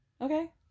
Okay